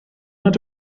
nad